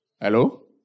Hello